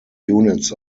units